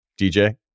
DJ